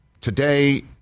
Today